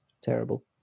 terrible